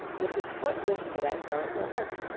with his foot lifted as though it were hurt.